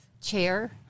chair